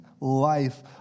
life